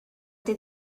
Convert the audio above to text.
did